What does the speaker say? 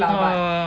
uh